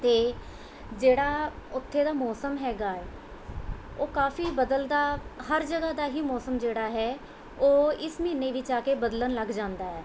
ਅਤੇ ਜਿਹੜਾ ਉੱਥੇ ਦਾ ਮੌਸਮ ਹੈਗਾ ਹੈ ਉਹ ਕਾਫ਼ੀ ਬਦਲਦਾ ਹਰ ਜਗ੍ਹਾ ਦਾ ਹੀ ਮੌਸਮ ਜਿਹੜਾ ਹੈ ਉਹ ਇਸ ਮਹੀਨੇ ਵਿੱਚ ਆ ਕੇ ਬਦਲਣ ਲੱਗ ਜਾਂਦਾ ਹੈ